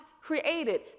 created